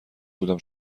بودم